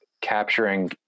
capturing